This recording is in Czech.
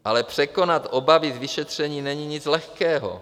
Ale překonat obavy z vyšetření není nic lehkého.